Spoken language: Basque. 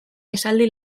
esaldi